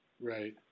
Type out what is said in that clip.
Right